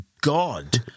God